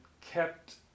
kept